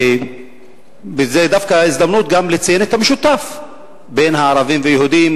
זאת גם הזדמנות לציין את המשותף בין ערבים ויהודים,